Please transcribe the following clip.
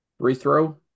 Rethrow